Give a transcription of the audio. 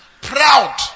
Proud